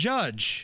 Judge